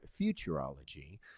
Futurology